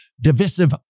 divisive